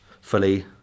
fully